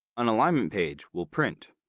an alignment page will print.